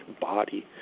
body